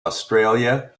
australia